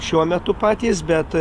šiuo metu patys bet